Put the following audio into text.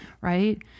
Right